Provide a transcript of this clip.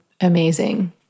amazing